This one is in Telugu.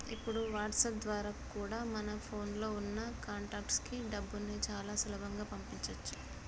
ఇప్పుడు వాట్సాప్ ద్వారా కూడా మన ఫోన్ లో ఉన్న కాంటాక్ట్స్ కి డబ్బుని చాలా సులభంగా పంపించొచ్చు